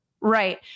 right